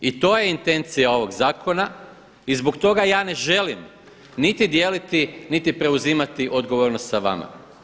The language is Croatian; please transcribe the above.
I to je intencija ovoga zakona i zbog toga ja ne želim niti dijeliti niti preuzimati odgovornost sa vama.